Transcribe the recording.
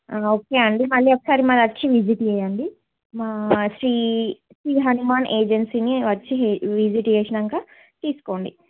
okay అండీ మళ్ళీ ఒకసారి వచ్చి విజిట్ చెయ్యండి మా శ్రీ శ్రీ హనుమాన్ ఏజెన్సీని వచ్చి విజిట్ చేసాక తీసుకోండి